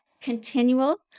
continual